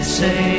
say